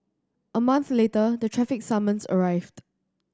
a month later the traffic summons arrived